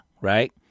right